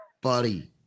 Body